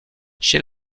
chez